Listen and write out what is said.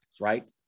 right